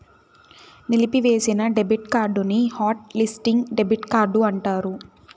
నిలిపివేసిన డెబిట్ కార్డుని hot listing debit card అంటారు